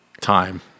time